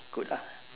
good ah